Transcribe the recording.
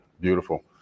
beautiful